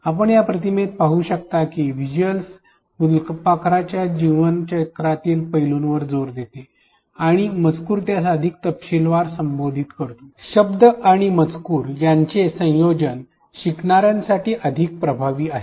आपण या प्रतिमेमध्ये पाहू शकतो की व्हिज्युअल्स फुलपाखराच्या जीवन चक्रातील पैलूवर जोर देते आणि मजकूर यास अधिक तपशीलवार संबोधित करतो शब्द आणि मजकूर यांचे संयोजन शिकणार्यांसाठी अधिक प्रभावी आहे